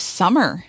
summer